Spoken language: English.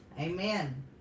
Amen